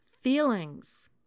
Feelings